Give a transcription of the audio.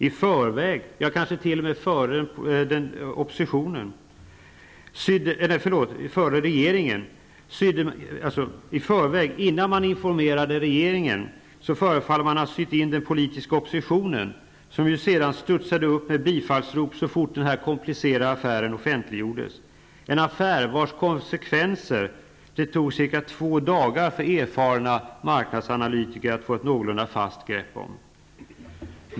I förväg, innan man informerade regeringen, förefaller man ha sytt in den politiska oppositionen, som sedan studsade upp med bifallsrop så fort den här komplicerade affären offentliggjordes; en affär vars konsekvenser det tog två dagar för erfarna marknadsanalytiker att få ett någorlunda fast grepp om.